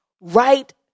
Right